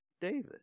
david